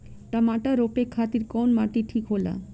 टमाटर रोपे खातीर कउन माटी ठीक होला?